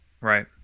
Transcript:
Right